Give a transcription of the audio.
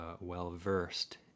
well-versed